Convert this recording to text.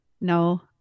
No